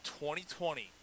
2020